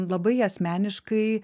labai asmeniškai